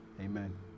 amen